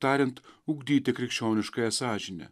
tariant ugdyti krikščioniškąją sąžinę